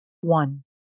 one